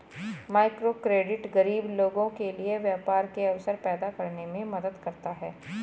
microcredit गरीब लोगों के लिए व्यापार के अवसर पैदा करने में मदद करता है